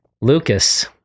lucas